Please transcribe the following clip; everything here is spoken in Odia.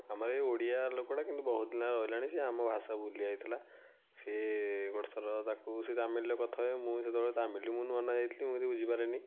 ଆମ ଏଇ ଓଡ଼ିଆ ଲୋକଟା କିନ୍ତୁ ବହୁତ ଦିନ ହେଲା ରହିଲାଣି ସିଏ ଆମ ଭାଷା ଭୁଲିଯାଇଥିଲା ସିଏ ଗୋଟେ ଥର ତାକୁ ସିଏ ତାମିଲରେ କଥା ହୁଏ ମୁଁ ସେତବେଳେ ତାମିଲ ମୁଁ ନୂଆ ନୂଆ ଯାଇଥିଲି ମୁଁ କିଛି ବୁଝିପାରେନି